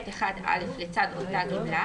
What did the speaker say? יבוא: "סימן ח': מענק חד־פעמי חלף הגדלת